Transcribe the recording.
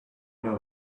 know